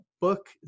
book